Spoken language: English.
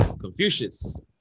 confucius